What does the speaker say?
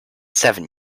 seven